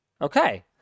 Okay